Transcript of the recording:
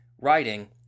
writing